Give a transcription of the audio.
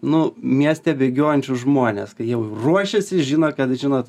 nu mieste bėgiojančius žmones kai jie jau ruošiasi žino kad žinot